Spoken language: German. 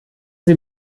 sie